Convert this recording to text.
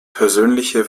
persönliche